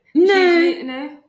No